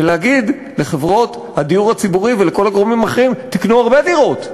ולהגיד לחברות הדיור הציבורי ולכל הגורמים האחרים: תקנו הרבה דירות,